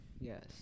Yes